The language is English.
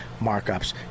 markups